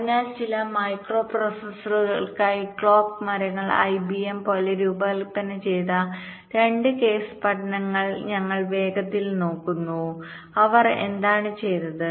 അതിനാൽ ചില മൈക്രോപ്രൊസസ്സറുകൾക്കായി ക്ലോക്ക് മരങ്ങൾ ഐബിഎം പോലെ രൂപകൽപ്പന ചെയ്ത 2 കേസ് പഠനങ്ങൾ ഞങ്ങൾ വേഗത്തിൽ നോക്കുന്നു അവർ എന്താണ് ചെയ്തത്